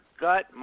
gut